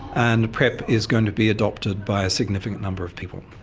and prep is going to be adopted by a significant number of people.